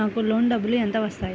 నాకు లోన్ డబ్బులు ఎంత వస్తాయి?